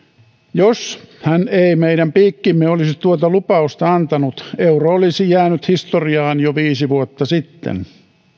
jos hän ei meidän piikkiimme olisi tuota lupausta antanut euro olisi jäänyt historiaan jo viisi vuotta sitten